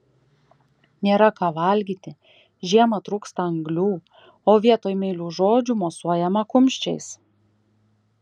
nėra ką valgyti žiemą trūksta anglių o vietoj meilių žodžių mosuojama kumščiais